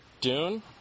Dune